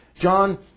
John